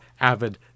avid